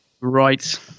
Right